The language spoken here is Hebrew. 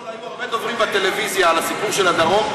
אתמול היו הרבה דוברים בטלוויזיה על הסיפור של הדרום.